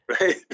Right